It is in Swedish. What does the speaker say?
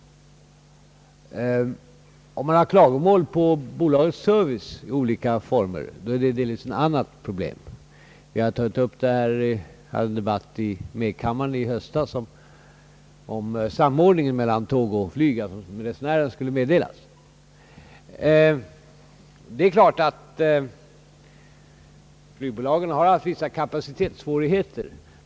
Om man har klagomål mot bolagets service i olika former är det delvis ett annat problem. När vi i medkammaren i höstas debatterade samordningen mellan tåg och flyg tog vi också upp frågan om att flygresenärerna skulle meddelas i sådana fall. Det är klart att flygbolagen har haft vissa kapacitetssvårigheter.